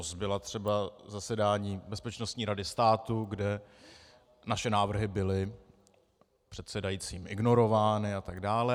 Bylo třeba zasedání Bezpečnostní rady státu, kde naše návrhy byly předsedajícím ignorovány atd.